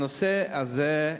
הנושא הזה,